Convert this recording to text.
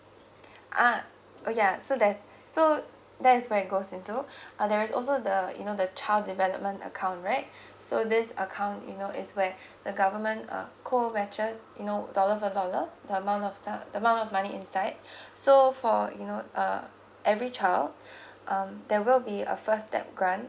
uh oh yeah so that so that's where it goes into there's also the you know the child development account right so this account you know is where the government uh co match you know dollar for dollar the amount of the amount of money inside so for you know uh every child um there will be a first step grant